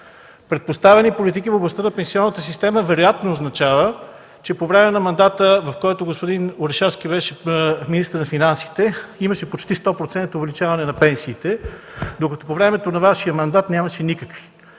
„Предпоставени политики” в областта на пенсионната система вероятно означава, че по време на мандата, в който господин Орешарски беше министър на финансите, имаше почти 100% увеличаване на пенсиите, докато по време на Вашия мандат нямаше никакво.